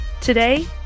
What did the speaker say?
Today